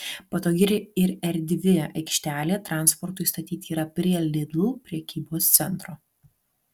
patogi ir erdvi aikštelė transportui statyti yra prie lidl prekybos centro